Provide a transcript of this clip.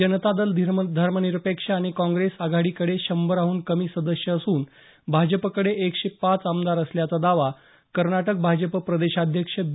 जनता दल धर्मनिरपेक्ष आणि काँग्रेस आघाडीकडे शंभराहून कमी सदस्य असून भाजपकडे एकशे पाच आमदार असल्याचा दावा कर्नाटक भाजप प्रदेशाध्यक्ष बी